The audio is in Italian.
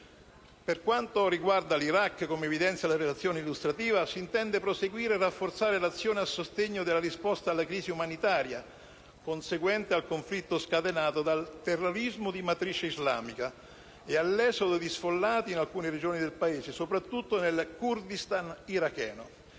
Per quanto riguarda l'Iraq, come evidenzia la relazione illustrativa, s'intende proseguire e rafforzare l'azione a sostegno della risposta alla crisi umanitaria conseguente al conflitto scatenato dal terrorismo di matrice islamica e all'esodo di sfollati in alcune regioni del Paese, soprattutto nel Kurdistan iracheno.